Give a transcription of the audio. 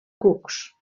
cucs